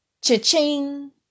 cha-ching